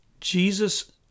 Jesus